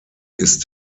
ist